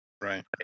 right